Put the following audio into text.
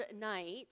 night